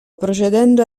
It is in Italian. procedendo